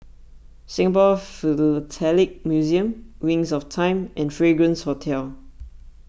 Singapore Philatelic Museum Wings of Time and Fragrance Hotel